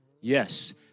Yes